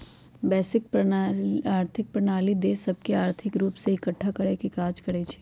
वैश्विक आर्थिक प्रणाली देश सभके आर्थिक रूप से एकठ्ठा करेके काज करइ छै